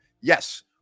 yes